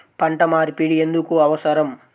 పంట మార్పిడి ఎందుకు అవసరం?